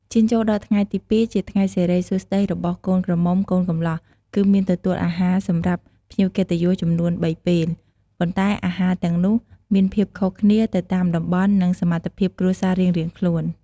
ឈានចូលដល់ថ្ងៃទី២ ជាថ្ងៃសិរិសួស្តីរបស់កូនក្រមុំកូនកំលោះគឺមានទទួលអាហារសម្រាប់ភ្ញៀវកិត្តិយសចំនួន៣ពេល ប៉ុន្តែអាហារទាំងនោះមានភាពខុសគ្នាទៅតាមតំបន់និងសមត្ថភាពគ្រួសាររៀងៗខ្លួន។